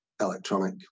Electronic